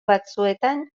batzuetan